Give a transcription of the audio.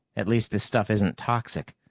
at least this stuff isn't toxic.